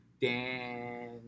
Dan